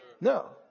No